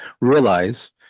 realize